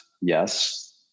yes